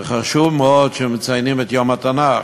זה חשוב מאוד שמציינים את יום התנ"ך,